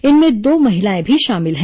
इनमें दो महिलाएं भी शामिल हैं